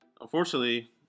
unfortunately